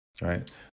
right